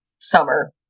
summer